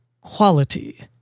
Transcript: quality